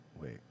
Wait